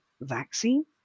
vaccine